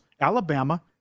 Alabama